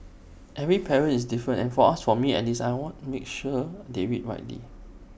every parent is different and for us for me at least I want to make sure they read widely